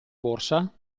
borsa